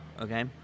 okay